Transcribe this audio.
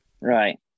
Right